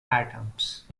atoms